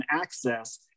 access